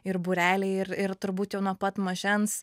ir būreliai ir ir turbūt jau nuo pat mažens